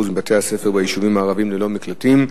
מבתי-הספר ביישובים הערביים ללא מקלטים,